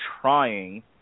trying